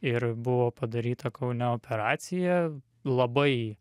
ir buvo padaryta kaune operacija labai